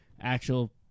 actual